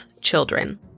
children